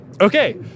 Okay